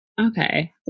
okay